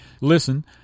Listen